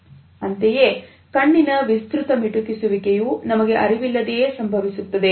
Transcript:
ಅಂತೆಯೇ ಕಣ್ಣಿನ ವಿಸ್ತೃತ ಮಿಟುಕಿಸುವಕೆಯು ನಮಗೆ ಅರಿವಿಲ್ಲದೆಯೇ ಸಂಭವಿಸುತ್ತದೆ